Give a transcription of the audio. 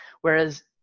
whereas